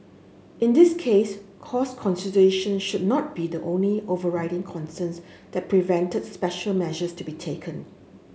in this case cost considerations should not be the only overriding concerns that prevented special measures to be taken